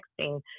texting